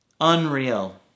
Unreal